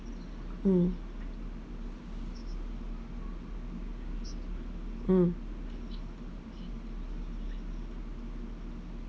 mm mm